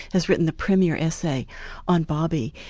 has written the premier essay on bobby,